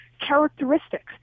characteristics